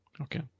Okay